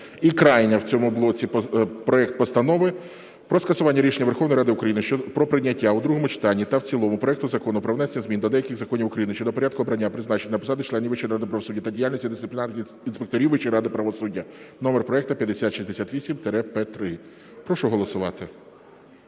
І крайній, в цьому блоці, проект постанови. Про скасування рішення Верховної Ради України про прийняття у другому читанні та в цілому проекту Закону "Про внесення змін до деяких законів України щодо порядку обрання (призначення) на посади членів Вищої ради правосуддя та діяльності дисциплінарних інспекторів Вищої ради правосуддя" (номер проекту 5068-П3). Прошу голосувати.